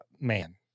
man